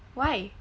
why